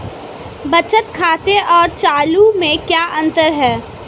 बचत खाते और चालू खाते में क्या अंतर है?